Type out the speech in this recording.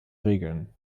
regeln